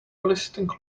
eliciting